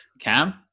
Cam